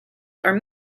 are